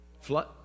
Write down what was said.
flood